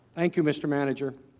thank you mr. manager